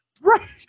Right